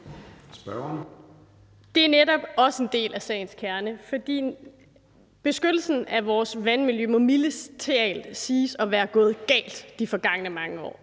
Det er netop også en del af sagens kerne, for beskyttelsen af vores vandmiljø må mildest talt siges at være gået galt i de forgangne mange år.